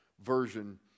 version